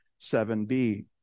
7b